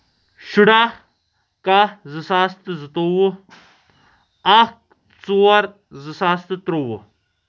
شُراہ کاہ زٕ ساس تہٕ زٕ تووُہ اکھ ژور زٕ ساس تہٕ ترٛۆوُہ